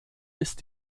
ist